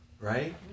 Right